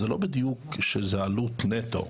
זאת לא בדיוק עלות נטו,